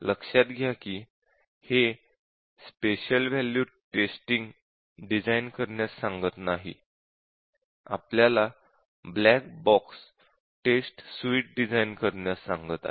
लक्षात घ्या की हे स्पेशल वॅल्यू टेस्टिंग डिझाइन करण्यास सांगत नाही आपल्याला black box test suite design करण्यास सांगत आहे